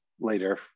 later